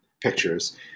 pictures